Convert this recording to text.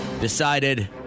decided